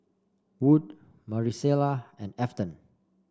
Wood Marisela and Afton